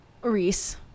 Reese